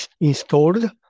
installed